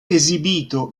esibito